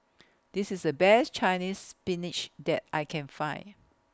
This IS The Best Chinese Spinach that I Can Find